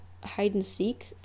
hide-and-seek